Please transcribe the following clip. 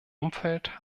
umfeld